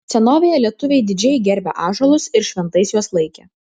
senovėje lietuviai didžiai gerbė ąžuolus ir šventais juos laikė